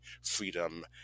freedom